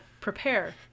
prepare